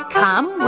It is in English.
come